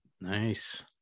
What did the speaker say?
nice